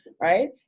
Right